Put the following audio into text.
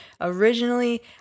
Originally